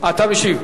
אתה משיב.